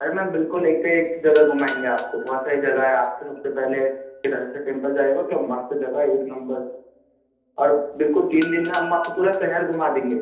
अरे मैम बिल्कुल एक से एक जगह घुमाएंगे आपको बहुत सारी जगह है आप तो सबसे पहले इधर से टेंपल जाइएगा क्या मस्त जगह है एक नम्बर और बिल्कुल तीन दिन में हम आपको पूरा शहर घूमा देंगे